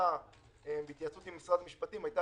ההחלטה בהתייעצות עם משרד המשפטים היתה